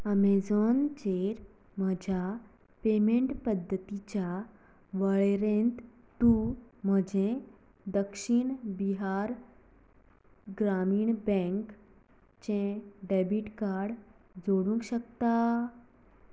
Amazon चेर म्हज्या payment पद्दतींच्या वळेरेंत तूं म्हजें दक्षिण बिहार ग्रामीण बँक चें डॅबिट कार्ड जोडूंक शकता